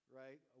right